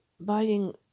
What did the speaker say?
buying